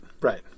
Right